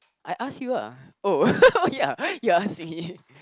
I ask you ah oh ya you asking me